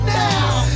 now